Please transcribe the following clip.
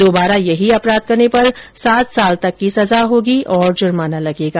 दोबारा यही अपराध करने पर सात साल तक की सजा होगी और जुर्माना लगेगा